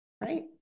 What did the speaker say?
Right